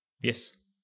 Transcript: Yes